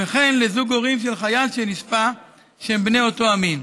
וכן לזוג הורים של חייל שנספה שהם בני אותו המין.